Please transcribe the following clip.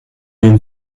den